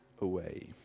away